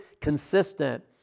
consistent